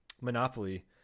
monopoly